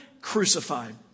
crucified